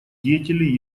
деятелей